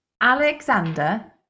Alexander